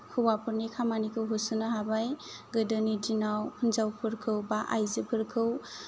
हौवाफोरनि खामानिखौ होसोनो हाबाय गोदोनि दिनाव हिनजावफोरखौ एबा आयजोफोरखौ